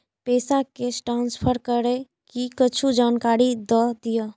पैसा cash transfer करऐ कि कुछ जानकारी द दिअ